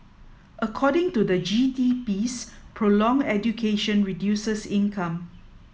according to the G T piece prolonged education reduces income